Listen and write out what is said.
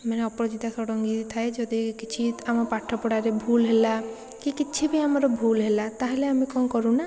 ମାନେ ଅପରଜିତା ଷଡ଼ଙ୍ଗୀ ଥାଏ ଯଦି କିଛି ଆମ ପାଠ ପଢ଼ାରେ ଭୁଲ ହେଲା କି କିଛି ବି ଆମର ଭୁଲ ହେଲା ତାହେଲେ ଆମେ କ'ଣ କରୁ ନା